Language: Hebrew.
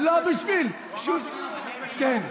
כן,